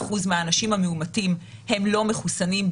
76% מהאנשים המאומתים הם לא מחוסנים,